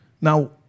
Now